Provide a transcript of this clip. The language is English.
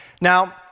Now